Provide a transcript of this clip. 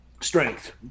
Strength